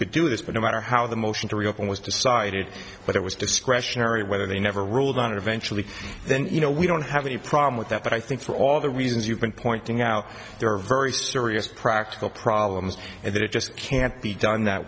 could do this but no matter how the motion to reopen was decided but it was discretionary whether they never ruled on eventually then you know we don't have any problem with that but i think for all the reasons you've been pointing out there are very serious practical problems and that it just can't be done that